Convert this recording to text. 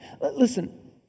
Listen